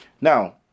now